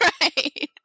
right